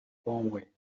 doorway